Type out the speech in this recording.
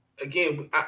Again